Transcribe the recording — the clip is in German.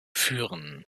führen